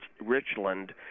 Richland